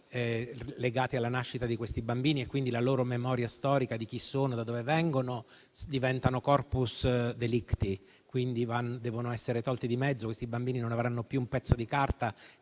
legati alla nascita di questi bambini e quindi la loro memoria storica di chi sono e da dove vengono diventano *corpus delicti*, quindi debbono essere tolti di mezzo. Questi bambini non avranno più un pezzo di carta